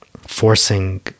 forcing